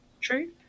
true